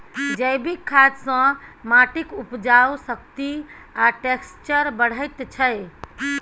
जैबिक खाद सँ माटिक उपजाउ शक्ति आ टैक्सचर बढ़ैत छै